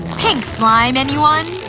pink slime, anyone?